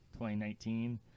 2019